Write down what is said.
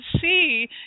see